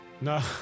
No